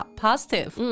positive